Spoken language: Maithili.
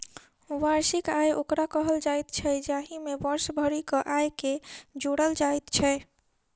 वार्षिक आय ओकरा कहल जाइत छै, जाहि मे वर्ष भरिक आयके जोड़ल जाइत छै